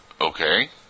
Okay